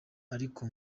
ariko